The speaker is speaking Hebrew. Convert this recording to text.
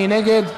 מי נגד?